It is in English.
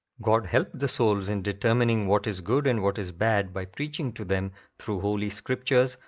god helped the souls in determining what is good and what is bad by preaching to them through holy scriptures,